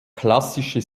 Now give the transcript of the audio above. klassische